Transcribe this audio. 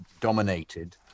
dominated